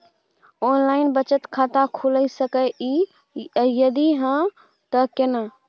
Online बचत खाता खुलै सकै इ, यदि हाँ त केना?